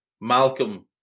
Malcolm